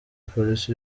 polisi